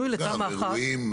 אירועים,